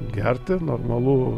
gerti normalu